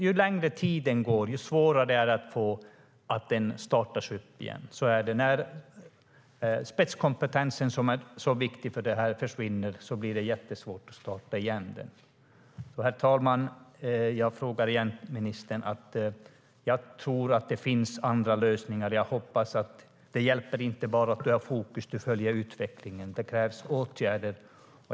Ju längre tiden går, desto svårare är det att starta upp gruvan igen. När den viktiga spetskompetensen försvinner blir det jättesvårt att starta igen. Ministern! Jag tror att det finns andra lösningar. Det räcker inte att bara följa utvecklingen. Det krävs åtgärder.